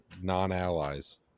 non-allies